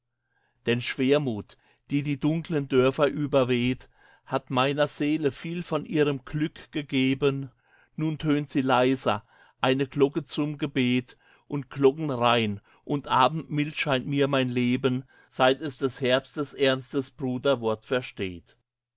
denn schwermut die die dunklen dörfer überweht hat meiner seele viel von ihrem glück gegeben nun tönt sie leiser eine glocke zum gebet und glockenrein und abendmild scheint mir mein leben seit es des herbstes ernstes bruderwort versteht